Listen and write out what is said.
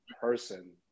person